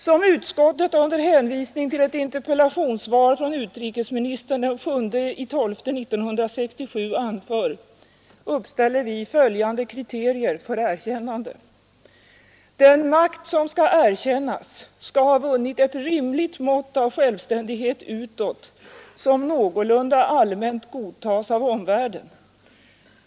Som utskottet under hänvisning till ett interpellationssvar från utrikesministern den 7 december 1967 anför, uppställer vi följande kriterier för erkännande: Den makt som skall erkännas, skall ha vunnit ”ett rimligt mått av självständighet utåt, som någorlunda allmänt godtagits av omvärlden”.